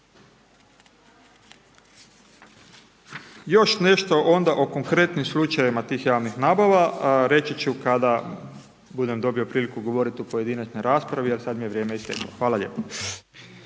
Još nešto onda o konkretnim slučajevima tih javnih nabava. Reći ću kada budem dobio priliku govoriti o pojedinačnoj raspravi ali sad mi je vrijeme isteklo. Hvala lijepo.